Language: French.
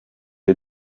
est